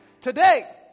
Today